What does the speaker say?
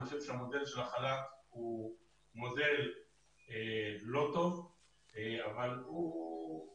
אני חושב שהמודל של החל"ת הוא מודל לא טוב אבל אני